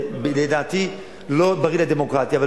זה לדעתי לא בריא לדמוקרטיה,